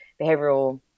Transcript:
behavioral